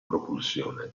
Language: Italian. propulsione